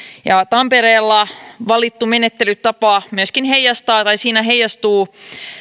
tampereella valitusta menettelytavasta myöskin heijastuu